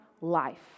life